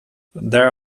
there